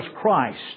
Christ